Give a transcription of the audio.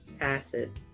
passes